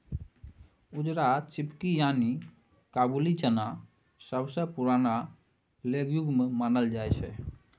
उजरा चिकपी यानी काबुली चना सबसँ पुरान लेग्युम मानल जाइ छै